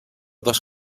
dos